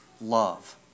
love